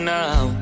now